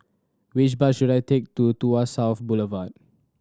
which bus should I take to Tuas South Boulevard